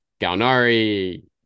Galnari